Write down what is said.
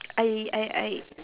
I I I